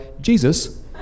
Jesus